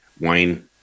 wine